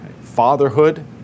fatherhood